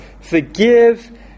Forgive